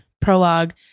prologue